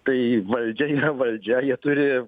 tai valdžia yra valdžia jie turi